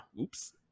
Oops